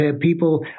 People